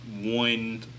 one